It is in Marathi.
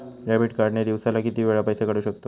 डेबिट कार्ड ने दिवसाला किती वेळा पैसे काढू शकतव?